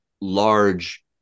large